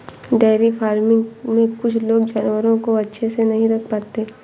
dairy farming में कुछ लोग जानवरों को अच्छे से नहीं रख पाते